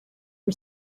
for